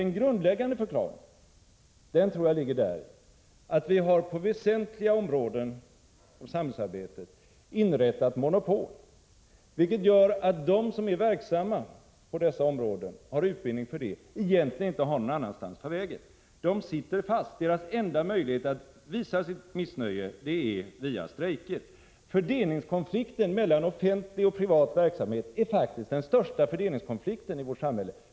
Den grundläggande förklaringen tror jag ligger däri att vi har på väsentliga områden av samhällsarbetet inrättat monopol, vilket gör att de som är verksamma på dessa områden och har utbildning för det egentligen inte har någon annanstans att ta vägen. De sitter fast. Deras enda möjlighet att visa sitt missnöje är via strejker. Fördelningskonflikten mellan offentlig och privat verksamhet är faktiskt den största fördelningskonflikten i vårt samhälle.